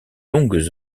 longues